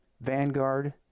Vanguard